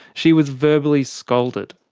she was verbally scolded.